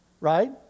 Right